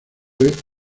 all